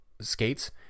skates